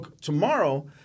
Tomorrow